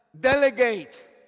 delegate